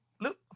Look